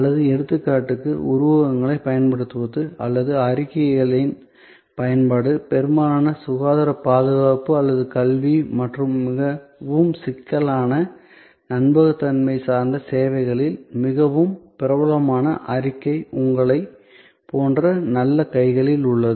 அல்லது எடுத்துக்காட்டுகளுக்கு உருவகங்களைப் பயன்படுத்துவது அல்லது அறிக்கைகளின் பயன்பாடு பெரும்பாலான சுகாதாரப் பாதுகாப்பு அல்லது கல்வி மற்றும் மிகவும் சிக்கலான நம்பகத்தன்மை சார்ந்த சேவைகளில் மிகவும் பிரபலமான அறிக்கை உங்களைப் போன்ற நல்ல கைகளில் உள்ளது